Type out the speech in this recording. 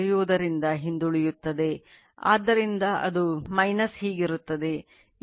ಆದ್ದರಿಂದ Ic 0